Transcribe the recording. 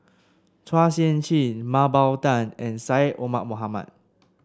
Chua Sian Chin Mah Bow Tan and Syed Omar Mohamed